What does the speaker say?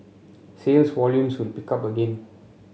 sales volumes will pick up again